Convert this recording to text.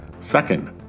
Second